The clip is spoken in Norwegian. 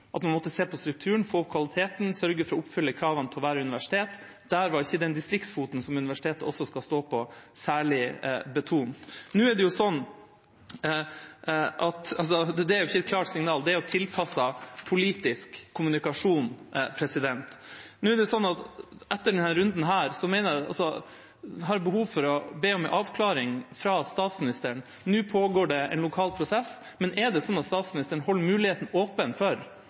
at man måtte se på strukturen, få opp kvaliteten og sørge for å oppfylle kravene til å være universitet. Der var ikke den distriktsfoten som universitetet også skal stå på, særlig betont. Det er ikke et klart signal – det er tilpasset politisk kommunikasjon. Etter denne runden har jeg behov for å be om en avklaring fra statsministeren. Nå pågår det en lokal prosess, men er det sånn at statsministeren holder muligheten åpen for